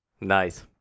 Nice